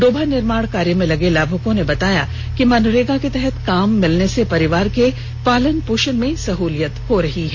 डोभा निर्माण कार्य में लगे लाभुकों ने बताया कि मनरेगा के तहत काम मिलने से परिवार के पालन पोषण में सहूलियत हो रही है